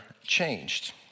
changed